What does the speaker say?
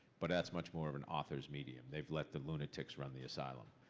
but that's much more of an author's medium, they've let the lunatics run the asylum.